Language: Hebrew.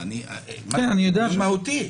מהותי.